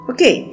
Okay